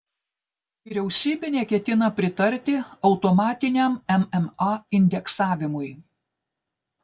vyriausybė neketina pritarti automatiniam mma indeksavimui